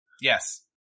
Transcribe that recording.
Yes